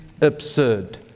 absurd